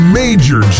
major